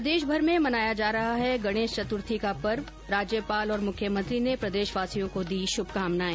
प्रदेशभर में मनाया जा रहा है गणेश चत्र्थी का पर्व राज्यपाल और मुख्यमंत्री ने प्रदेशवासियों को दी शुभकामनाएं